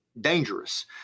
dangerous